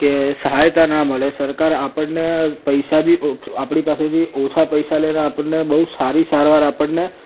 કે સહાયતા ના મળે સરકાર આપણને પૈસા બી આપણી પાસેથી ઓછા પૈસા લે ને આપણને બહુ સારી સારવાર આપણને